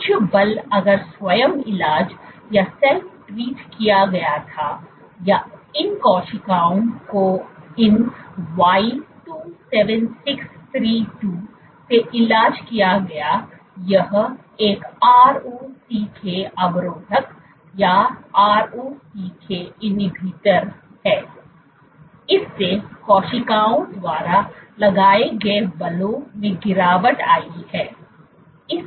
तो उच्च बल अगर स्वयं इलाज किया गया था या इन कोशिकाओं को इन y 27632 से इलाज किया गया यह एक ROCK अवरोधक है इससे कोशिकाओं द्वारा लगाए गए बलों में गिरावट आई है